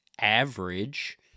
average –